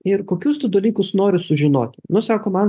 ir kokius tu dalykus nori sužinoti nu sako man